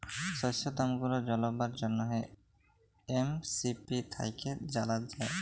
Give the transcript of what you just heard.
শস্যের দাম গুলা জালবার জ্যনহে এম.এস.পি থ্যাইকে জালা যায়